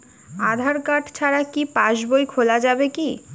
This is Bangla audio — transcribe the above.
আধার কার্ড ছাড়া কি পাসবই খোলা যাবে কি?